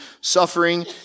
suffering